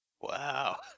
Wow